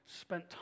spent